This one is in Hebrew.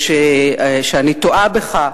שאני טועה בך,